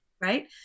right